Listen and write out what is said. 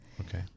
Okay